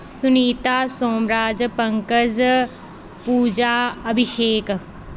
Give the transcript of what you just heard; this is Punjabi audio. ਸੁਨੀਤਾ ਸੋਮਰਾਜ ਪੰਕਜ ਪੂਜਾ ਅਭਿਸ਼ੇਕ